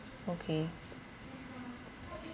okay